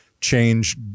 change